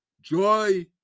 joy